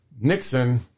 Nixon